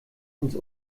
uns